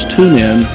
TuneIn